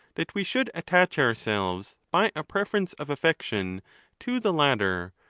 that we should attach ourselves by a preference of affection to the latter,